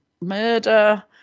murder